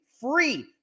free